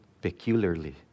peculiarly